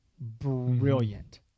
brilliant